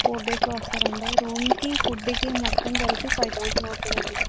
four డేసులో వస్తారండి రూముకి ఫుడ్డుకి మొత్తం కలిపి ఫైవ్ తౌజండ్ అవుతాదండి